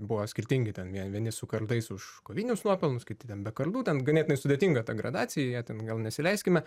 buvo skirtingi ten vieni su kardais už kovinius nuopelnus kiti ten be kardų ten ganėtinai sudėtinga ta gradacija į ją ten gal nesileiskime